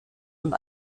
und